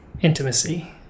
intimacy